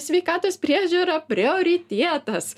sveikatos priežiūra prioritetas